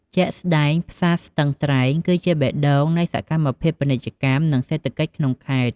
ជាក់ស្តែង ផ្សារស្ទឹងត្រែង គឺជាបេះដូងនៃសកម្មភាពពាណិជ្ជកម្ម និងសេដ្ឋកិច្ចក្នុងខេត្ត។